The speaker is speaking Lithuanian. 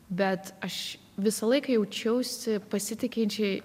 bet aš visą laiką jaučiausi pasitikinčiai